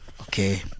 Okay